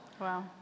Wow